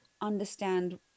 understand